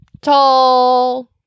Tall